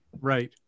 Right